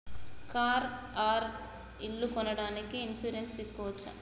Car or ఇల్లు కొనడానికి insurance తీస్కోవచ్చా?